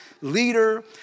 leader